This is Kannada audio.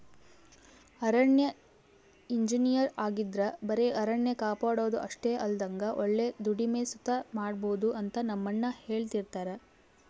ಅರಣ್ಯ ಇಂಜಿನಯರ್ ಆಗಿದ್ರ ಬರೆ ಅರಣ್ಯ ಕಾಪಾಡೋದು ಅಷ್ಟೆ ಅಲ್ದಂಗ ಒಳ್ಳೆ ದುಡಿಮೆ ಸುತ ಮಾಡ್ಬೋದು ಅಂತ ನಮ್ಮಣ್ಣ ಹೆಳ್ತಿರ್ತರ